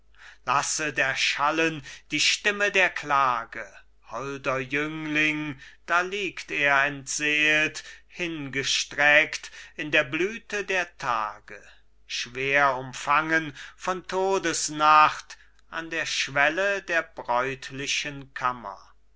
manfred lasset erschallen die stimme der klage holder jüngling da liegt er entseelt hingestreckt in der blüthe der tage schwer umfangen von todesnacht an der schwelle der bräutlichen kammer